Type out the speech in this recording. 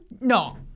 No